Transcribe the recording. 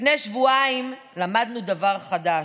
לפני שבועיים למדנו דבר חדש: